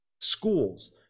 schools